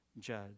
judge